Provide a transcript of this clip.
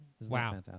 Wow